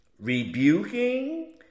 rebuking